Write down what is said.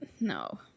No